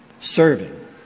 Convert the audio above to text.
Serving